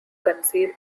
conceive